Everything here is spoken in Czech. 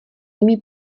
nimi